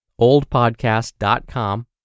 oldpodcast.com